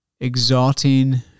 exalting